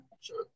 sure